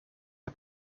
het